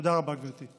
תודה רבה, גברתי.